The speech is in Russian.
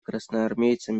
красноармейцам